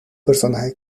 personaje